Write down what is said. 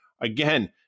Again